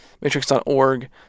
matrix.org